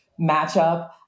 matchup